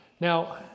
Now